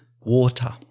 Water